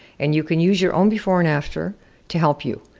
and you can use your own before and after to help you.